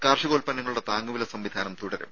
കാർഷികോല്പന്നങ്ങളുടെ താങ്ങുവില സംവിധാനം തുടരും